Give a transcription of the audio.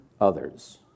others